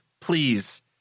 please